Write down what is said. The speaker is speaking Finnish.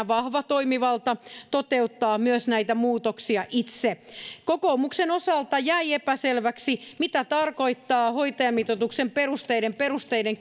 vahva toimivalta toteuttaa näitä muutoksia myös itse kokoomuksen osalta jäi epäselväksi mitä tarkoittaa hoitajamitoituksen perusteiden perusteiden